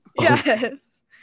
Yes